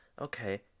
okay